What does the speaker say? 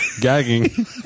gagging